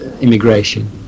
immigration